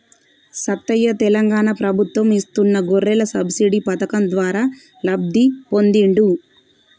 సత్తయ్య తెలంగాణ ప్రభుత్వం ఇస్తున్న గొర్రెల సబ్సిడీ పథకం ద్వారా లబ్ధి పొందిండు